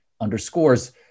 underscores